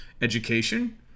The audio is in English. education